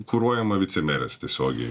kuruojama vicemerės tiesiogiai